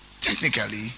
technically